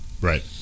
Right